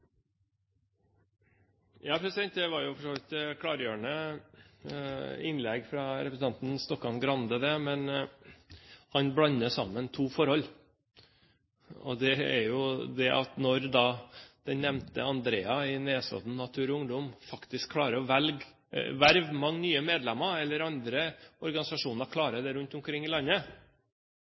Det var for så vidt et klargjørende innlegg fra representanten Stokkan-Grande. Men han blander sammen to forhold. Når den nevnte Andrea i Nesodden Natur og Ungdom eller andre organisasjoner rundt omkring i landet klarer å verve nye medlemmer, er ikke det nødvendigvis representanten Stokkan-Grandes, andre rød-grønne representanters eller regjeringens fortjeneste. Om engasjementet i